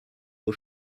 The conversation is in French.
vos